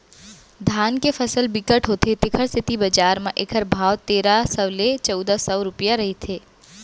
धान के फसल बिकट होथे तेखर सेती बजार म एखर भाव तेरा सव ले चउदा सव रूपिया रहिथे